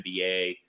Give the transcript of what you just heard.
NBA